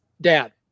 dad